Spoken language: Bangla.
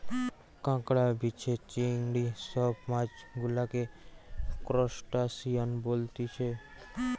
কাঁকড়া, বিছে, চিংড়ি সব মাছ গুলাকে ত্রুসটাসিয়ান বলতিছে